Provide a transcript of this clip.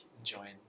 enjoying